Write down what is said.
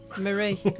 Marie